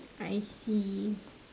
I see